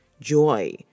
joy